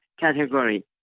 category